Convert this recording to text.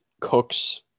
Cooks